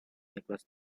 nicolas